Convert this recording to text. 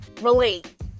relate